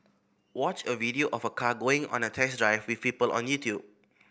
watch a video of a car going on a test drive with people on YouTube